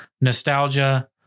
nostalgia